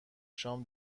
شام